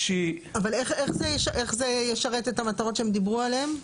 איך זה ישרת את המטרות שהן דיברו עליהן?